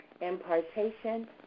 impartation